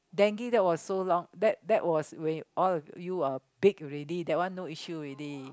dengue that was so long that that was when all of you are big already that one no issue already